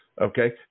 Okay